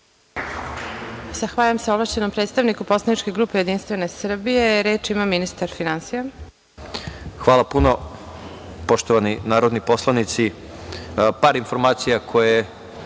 Zahvaljujem se ovlašćenom predstavniku poslaničke grupe Jedinstvene Srbije. Reč ima ministar finansija. **Siniša Mali** Hvala puno. Poštovani narodni poslanici, par informacija, koje